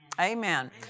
Amen